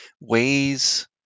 ways